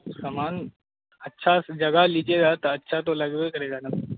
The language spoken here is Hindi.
सामान अच्छा जगह लीजिएगा तो अच्छा तो लगबै करेगा ना